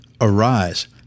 arise